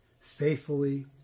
faithfully